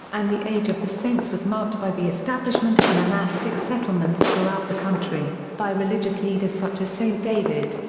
and the age of the saints was marked by the establishment of monastic settlements throughout the country, by religious leaders such as saint david,